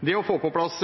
Det å få på plass